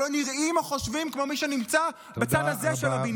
שלא נראים או חושבים כמו מי שנמצא בצד הזה של הבניין.